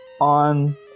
on